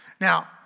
Now